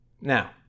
Now